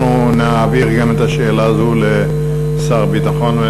אנחנו נעביר גם את השאלה הזאת לשר הביטחון.